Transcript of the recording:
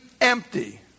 empty